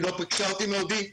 היא לא פגשה אותי מעודי,